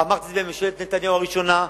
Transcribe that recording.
אמרתי את זה בממשלת נתניהו הראשונה,